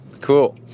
cool